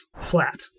flat